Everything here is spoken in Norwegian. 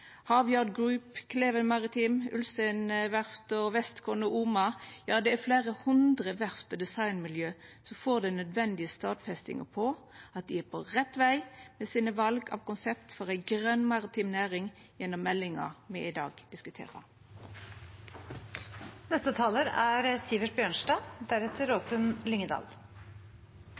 Oma – ja, det er fleire hundre verft og designmiljø som får den nødvendige stadfestinga på at dei er på rett veg med sine val av konsept for ei grøn maritim næring gjennom meldinga me i dag